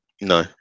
No